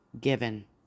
given